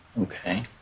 Okay